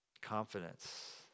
Confidence